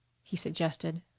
he suggested.